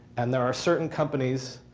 and there are certain companies,